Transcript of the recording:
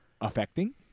affecting